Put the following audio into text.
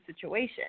situation